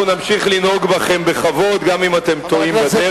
אנחנו נמשיך לנהוג בכם בכבוד גם אם אתם טועים בדרך,